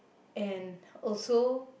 and also